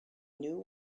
knew